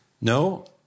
no